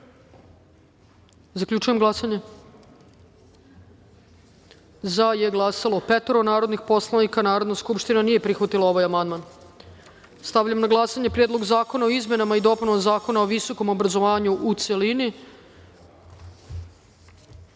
glasanje. Zaključujem glasanje: za je glasalo petoro narodnih poslanika. Narodna skupština nije prihvatila ovaj amandman. Stavljam na glasanje Predlog zakona o izmenama i dopunama Zakona o visokom obrazovanju, u